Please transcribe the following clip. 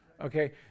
Okay